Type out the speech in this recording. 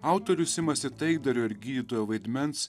autorius imasi taikdario ir gydytojo vaidmens